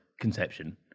conception